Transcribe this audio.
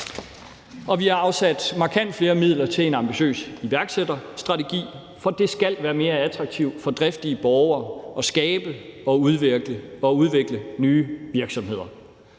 vi har afsat markant flere midler til en ambitiøs iværksætterstrategi, for det skal være mere attraktivt for driftige borgere at skabe og udvikle nye virksomheder.